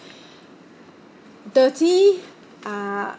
dirty uh